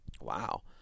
Wow